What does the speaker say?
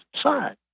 side